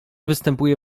występuje